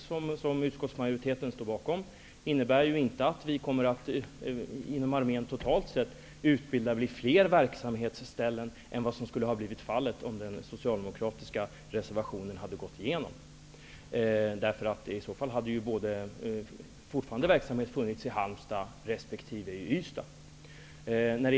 Herr talman! Låt mig kort säga någonting om luftvärnsutbildningen. Den kompromiss som utskottsmajoriteten står bakom innebär inte att vi kommer att inom armén totalt sett utbilda vid fler verksamhetsställen än vad som skulle ha blivit fallet om den socialdemokratiska reservationen hade gått igenom. I så fall hade ju verksamhet fortfarande funnits i Halmstad resp. i Ystad.